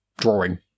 drawing